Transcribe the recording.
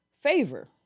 favor